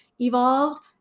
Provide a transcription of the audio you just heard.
evolved